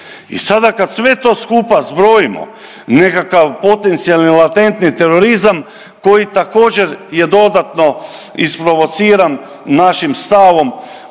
I sada kad sve to skupa zbrojimo, nekakav potencijalni latentni terorizam koji također je dodatno isprovociran našim stavom